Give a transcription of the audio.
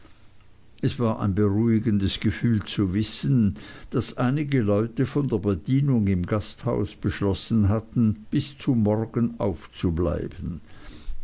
es war ein beruhigendes gefühl zu wissen daß einige leute von der bedienung im gasthaus beschlossen hatten bis zum morgen aufzubleiben